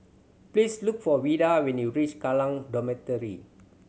please look for Vida when you reach Kallang Dormitory